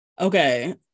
okay